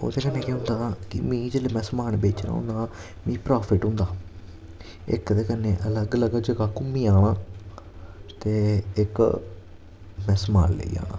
ओह्दे कन्नै केह् होंदा कि मीं जिसले समान बेचना होन्ना मिगी प्रोफिट होंदा इक ते कन्नै अलग अलग जगह् घूमियै आना ते इक में समान लेई आना